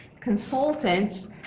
consultants